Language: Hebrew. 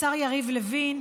השר יריב לוין,